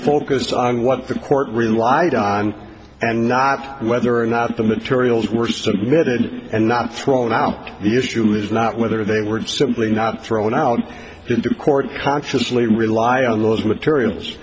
focus on what the court relied on and not whether or not the materials were submitted and not thrown out the issues not whether they were simply not thrown out into court consciously rely on those materials